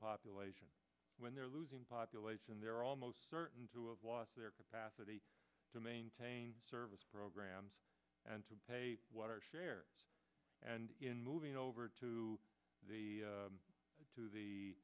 population when they're losing population they're almost certain to of was their capacity to maintain service programs and to pay water share and in moving over to the to the